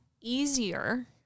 easier